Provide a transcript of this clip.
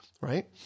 Right